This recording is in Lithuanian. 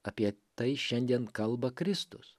apie tai šiandien kalba kristus